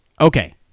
Okay